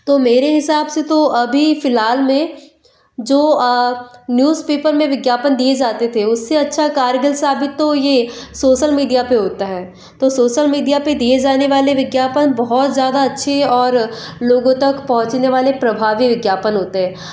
तो मेरे हिसाब से तो अभी फिलहाल में जो न्यूज़पेपर में विज्ञापन दिए जाते थे उससे अच्छा कारगर साबित तो ये सोशल मीडिया पर होता है तो सोशल मीडिया पर दिए जाने वाले विज्ञापन बहुत ज्यादा अच्छे और लोगों तक पहुँचने वाले प्रभावी विज्ञापन होते हैं